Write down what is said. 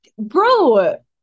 bro